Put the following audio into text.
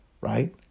right